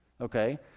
Okay